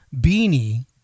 beanie